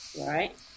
Right